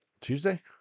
Tuesday